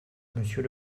monsieur